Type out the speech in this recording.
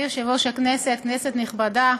אדוני יושב-ראש הכנסת, כנסת נכבדה,